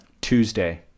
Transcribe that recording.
Tuesday